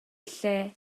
lle